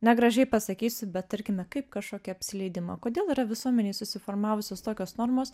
negražiai pasakysiu bet tarkime kaip kažkokį apsileidimą kodėl yra visuomenėj susiformavusios tokios normos